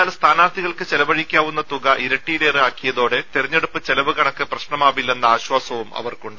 എന്നാൽ സ്ഥാനാർത്ഥികൾക്ക് ചെലവഴിക്കാവുന്ന തുക ഇരട്ടിയിലേറെ ആക്കിയതോടെ തെരഞ്ഞെടുപ്പ് ചെലവ് കണക്ക് പ്രശ്നമാവില്ലെന്ന ആശ്വാസവും അവർക്കുണ്ട്